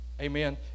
Amen